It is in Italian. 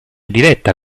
diretta